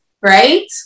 right